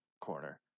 corner